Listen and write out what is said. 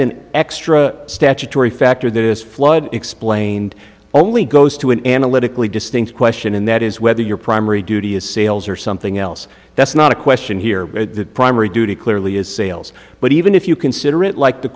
an extra statutory factor that is flawed explained only goes to an analytically distinct question and that is whether your primary do is sales or something else that's not a question here the primary duty clearly is sales but even if you consider it like the